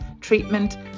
treatment